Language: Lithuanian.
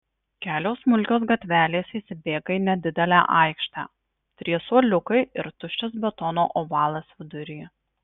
kelios smulkios gatvelės susibėga į nedidelę aikštę trys suoliukai ir tuščias betono ovalas vidury